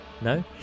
No